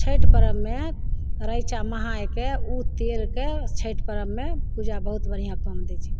छैठ पर्वमे उ तेलके छैठ पर्वमे पूजा बहुत बढ़िआँ काम दै छै